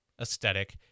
aesthetic